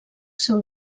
seu